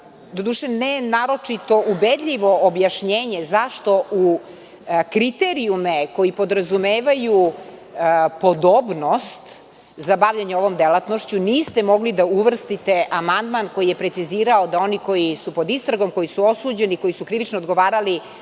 doduše ne naročito ubedljivo, objašnjenje zašto u kriterijume koji podrazumevaju podobnost za bavljenje ovom delatnošću niste mogli da uvrstite amandman, koji je precizirao da oni koji su pod istragom, koji su osuđeni, koji su krivično odgovarali,